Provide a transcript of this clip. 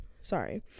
Sorry